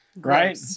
Right